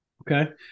Okay